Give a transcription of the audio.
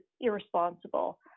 irresponsible